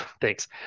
thanks